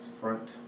front